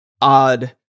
odd